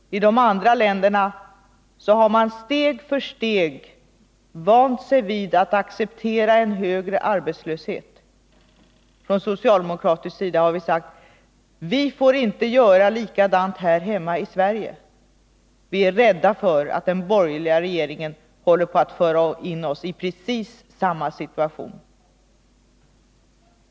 I de andra länderna har man steg för steg vant sig vid att acceptera en högre arbetslöshet. Från socialdemokratisk sida har vi sagt: Vi får inte göra likadant här i Sverige. Vi är rädda för att den borgerliga regeringen håller på att föra in oss i precis samma situation.